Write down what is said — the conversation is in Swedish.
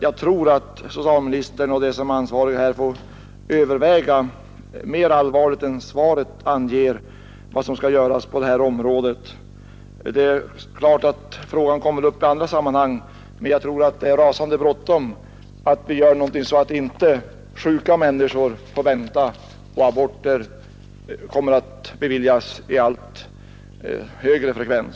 Jag tror att socialministern och de andra ansvariga på detta område allvarligare än vad svaret anger får överväga vad som skall göras. Frågan kommer självfallet upp i andra sammanhang, men det är rasande bråttom att göra något, så att inte sjuka människor får vänta på grund av att aborter beviljas i allt högre frekvens.